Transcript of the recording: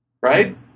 Right